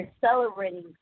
celebrating